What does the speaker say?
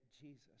Jesus